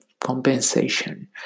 compensation